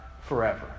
forever